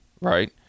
right